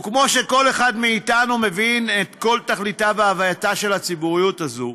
וכמו שכל אחד מאיתנו מבין את כל תכליתה והווייתה של הציבוריות הזאת,